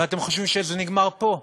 ואתם חושבים שזה נגמר פה?